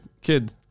kid